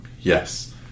Yes